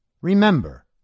remember